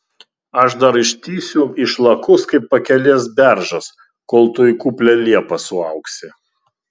aš dar ištįsiu išlakus kaip pakelės beržas kol tu į kuplią liepą suaugsi